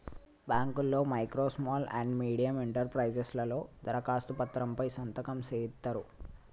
బాంకుల్లో micro small and medium enterprises లలో దరఖాస్తు పత్రం పై సంతకం సేయిత్తరు